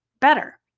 better